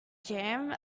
jam